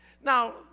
Now